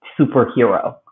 superhero